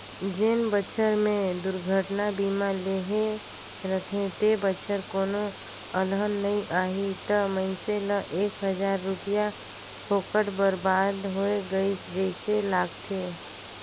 जेन बच्छर मे दुरघटना बीमा लेहे रथे ते बच्छर कोनो अलहन नइ आही त मइनसे ल एक हजार रूपिया फोकट बरबाद होय गइस जइसे लागथें